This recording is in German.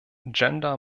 gender